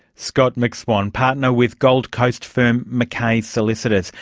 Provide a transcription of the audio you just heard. scott mcswan, partner with gold coast firm mckays solicitors,